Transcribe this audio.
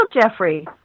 Jeffrey